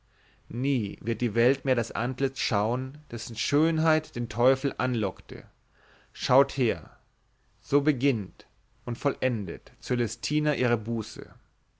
nie wird die welt mehr das antlitz schauen dessen schönheit den teufel anlockte schaut her so beginnt und vollendet cölestina ihre buße